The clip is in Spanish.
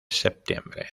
septiembre